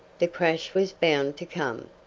the crash was bound to come.